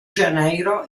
janeiro